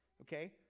Okay